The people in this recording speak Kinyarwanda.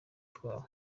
twabo